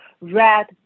red